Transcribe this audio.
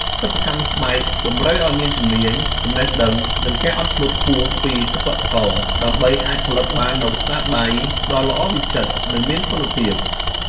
សិប្បកម្មស្បែកតម្រូវឲ្យមានជំនាញ ចំណេះដឹង និងការអត់ធ្មត់ខ្ពស់ពីសិប្បករ ដើម្បីអាចផលិតបាននូវស្នាដៃដ៏ល្អវិចិត្រ និងមានគុណភាព។